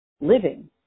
living